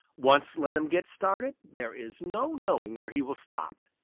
once let him get started there is no knowing where he will stop.